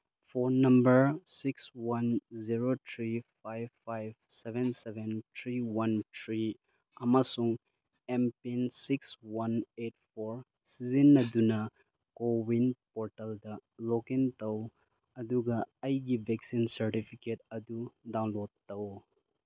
phone number six one zero three five five seven seven three one three ꯑꯃꯁꯨꯡ M PIN six one eight four ꯁꯤꯖꯤꯟꯅꯗꯨꯅ CoWIN ꯄꯣꯔꯇꯦꯜꯗ log in ꯇꯧ ꯑꯗꯨꯒ ꯑꯩꯒꯤ vaccine certificate ꯑꯗꯨ ꯗꯥꯎꯟꯂꯣꯠ ꯇꯧ